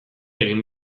egin